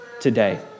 today